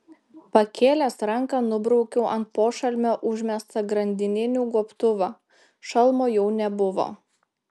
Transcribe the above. pakėlęs ranką nubraukiau ant pošalmio užmestą grandininių gobtuvą šalmo jau nebuvo